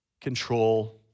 control